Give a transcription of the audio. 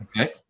Okay